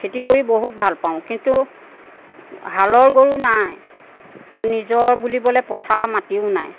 খেতি কৰি বহুত ভাল পাওঁ কিন্তু হালৰ গৰু নাই আৰু নিজৰ বুলিবলৈ পথাৰৰ মাটিও নাই